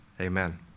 amen